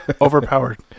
overpowered